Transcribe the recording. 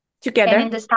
Together